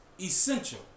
Essential